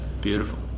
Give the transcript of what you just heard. Beautiful